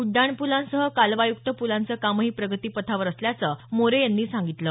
उड्डाणपुलांसह कालवायुक्त पुलांचं कामही प्रगतीपथावर असल्याचं मोरे यांनी सांगितलं